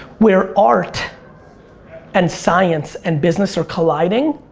where art and science and business are colliding,